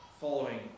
following